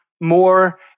more